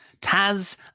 taz